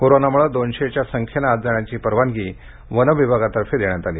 कोरोनामुळे दोनशेच्या संख्येनं आत जाण्याची परवागी वन विभागातर्फे देण्यात आली